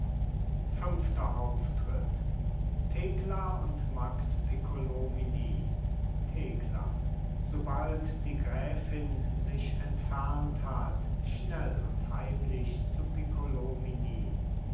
fünfter auftritt thekla und max piccolomini thekla sobald die gräfin sich entfernt hat schnell und heimlich zu